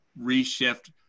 reshift